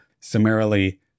summarily